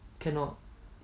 cannot